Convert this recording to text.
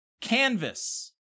canvas